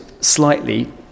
slightly